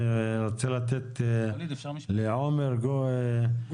אני רוצה לתת את רשות הדיבור לעומר גוגנהיים.